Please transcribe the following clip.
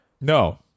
No